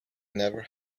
never